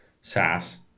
SaaS